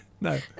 No